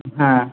হ্যাঁ